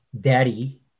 Daddy